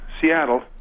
Seattle